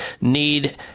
need